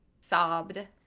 sobbed